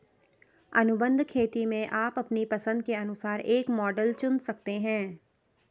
अनुबंध खेती में आप अपनी पसंद के अनुसार एक मॉडल चुन सकते हैं